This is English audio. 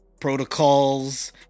protocols